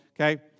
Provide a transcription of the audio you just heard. Okay